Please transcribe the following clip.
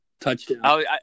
Touchdown